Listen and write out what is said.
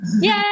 Yay